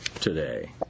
today